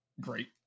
great